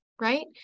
Right